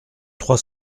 trois